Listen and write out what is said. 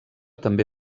també